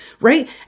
Right